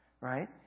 right